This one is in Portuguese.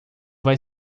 vai